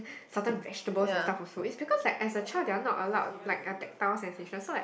sometimes vegetables is stuff of food is because like as a child they are not allowed like a tedious and texture so like